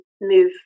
move